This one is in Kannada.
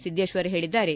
ಸಿದ್ದೇಶ್ವರ್ ಹೇಳಿದ್ದಾರೆ